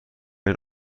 این